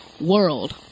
world